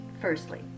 Firstly